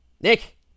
Nick